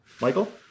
Michael